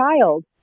child